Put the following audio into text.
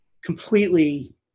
completely